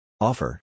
Offer